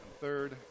third